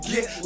Get